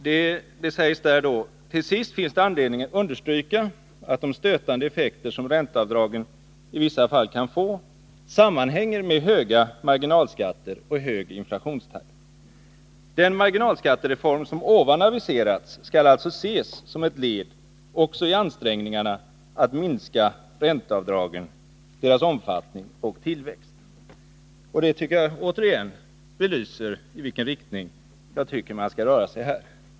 Det sägs där: ”Till sist finns anledning understryka att de stötande effekter som ränteavdragen i vissa fall kan få sammanhänger med höga marginalskatter och hög inflationstakt. Den marginalskattereform som ovan aviserats skall alltså ses som ett led också i ansträngningarna att minska ränteavdragens omfattning och tillväxt.” Detta belyser återigen i vilken riktning jag tycker att man skall röra sig.